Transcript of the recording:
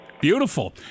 Beautiful